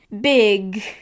big